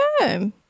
Okay